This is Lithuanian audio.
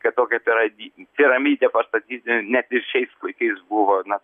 kad tokią pirami piramidę pastatyti net ir šiais laikais buvo na